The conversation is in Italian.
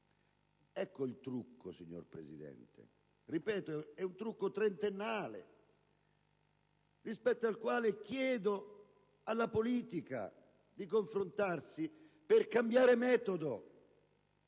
Ecco il trucco, signor Presidente. Ripeto, è un trucco trentennale, rispetto al quale chiedo alla politica di confrontarsi per cambiare metodo.